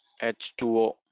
h2o